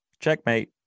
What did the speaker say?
Checkmate